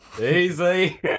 easy